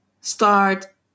start